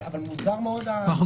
אבל מוזר מאוד ה --- חברים,